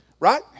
Right